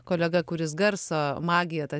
kolega kuris garso magiją tą